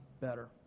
better